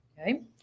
Okay